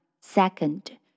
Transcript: Second